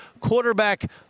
quarterback